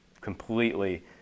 completely